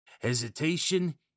Hesitation